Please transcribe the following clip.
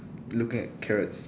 looking at carrots